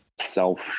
self